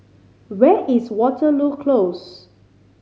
where is Waterloo Close